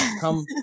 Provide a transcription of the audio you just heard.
come